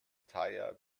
tire